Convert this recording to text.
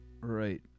Right